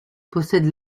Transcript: possède